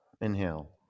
inhale